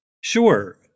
Sure